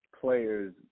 players